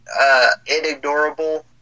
inignorable